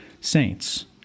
saints